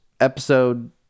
Episode